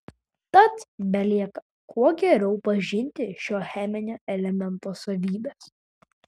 tad belieka kuo geriau pažinti šio cheminio elemento savybes